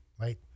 right